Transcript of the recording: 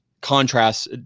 contrasts